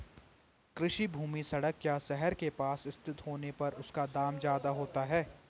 कृषि भूमि सड़क या शहर के पास स्थित होने पर उसका दाम ज्यादा होता है